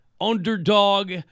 underdog